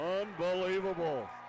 Unbelievable